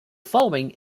following